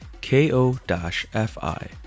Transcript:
K-O-F-I